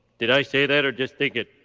did i say that or just think it?